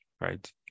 right